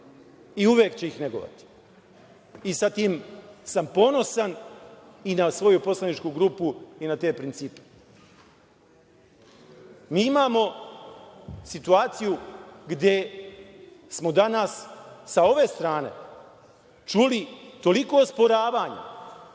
i uvek će ih negovati. Time sam ponosan i na svoju poslaničku grupu i na te principe. Mi imamo situaciju gde smo danas sa ove strane čuli toliko osporavanja